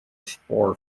spur